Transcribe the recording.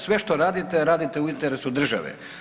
Sve što radite radite u interesu države.